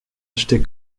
acheté